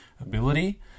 ability